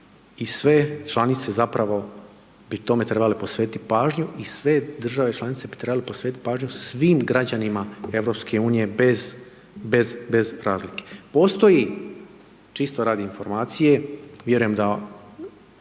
i sve članice zapravo bi tome trebale posvetiti pažnju i sve države članice bi trebale posvetiti pažnju svim građanima EU bez razlike. Postoji, čisto radi informacije, vjerujem da